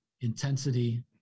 intensity